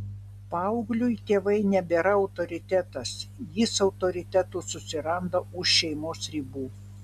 paaugliui tėvai nebėra autoritetas jis autoritetų susiranda už šeimos ribų